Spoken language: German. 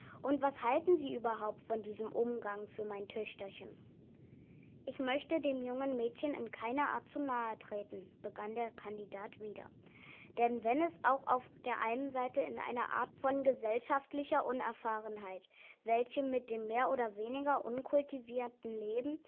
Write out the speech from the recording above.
und was halten sie überhaupt von diesem umgang für mein töchterchen ich möchte dem jungen mädchen in keiner art zu nahe treten begann der herr kandidat wieder denn wenn es auch auf der einen seite in einer art von gesellschaftlicher unerfahrenheit welche mit dem mehr oder weniger unkultivierten leben